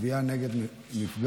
תביעה נגד מפגע),